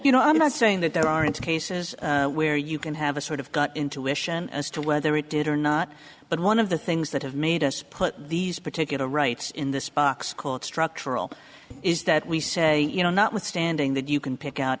you know i'm not saying that there aren't cases where you can have a sort of intuition as to whether it did or not but one of the things that have made us put these particular rights in this box called structural is that we say you know not withstanding that you can pick out